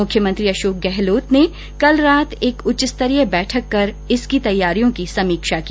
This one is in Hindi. मुख्यमंत्री अषोक गहलोत ने कल रात एक उच्च स्तरीय बैठक कर इसकी तैयारियों की समीक्षा की